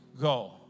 go